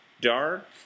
Dark